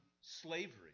slavery